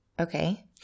okay